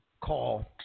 call